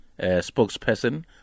spokesperson